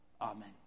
Amen